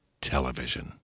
television